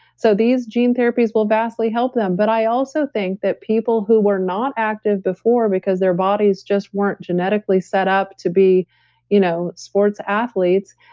so these gene therapies will vastly help them, but i also think that people who were not active before because their bodies just weren't genetically set up to be you know sports athletes,